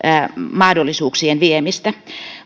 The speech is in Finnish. mahdollisuuksien viemistä